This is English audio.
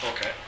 Okay